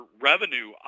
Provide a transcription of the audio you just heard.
revenue